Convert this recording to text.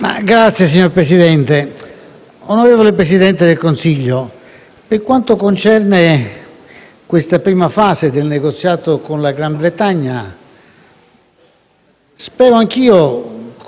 spero anch'io, come è stato da lei suggerito, che giovedì e venerdì il vertice europeo possa essere un punto di riferimento